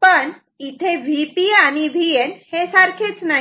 पण इथे Vp आणि Vn सारखेच नाही